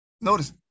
Notice